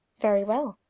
very well,